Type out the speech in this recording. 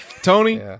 Tony